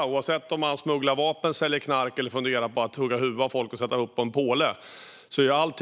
Det gäller oavsett om de smugglar vapen, säljer knark eller funderar på att hugga huvudet av folk och sätta upp det på en påle. Allt